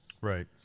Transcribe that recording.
Right